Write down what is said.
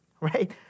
right